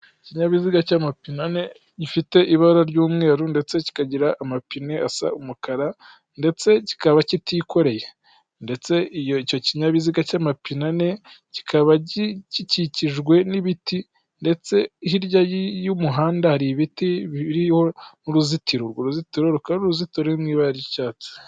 Ikinyabiziga cy'amapine ane, gifite ibara ry'umweru ndetse kikagira amapine asa n'umukara, ndetse kikaba kitikoreye. Ndetse icyo kinyabiziga cy'amapine ane, kikaba gikikijwe n'ibiti, ndetse hirya y'umuhanda hari ibiti biriho n'uruzitiro. Urwo ruzitiro rukaba ruri mu ibabara ry'icyatsi.